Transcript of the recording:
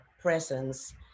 presence